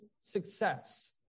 success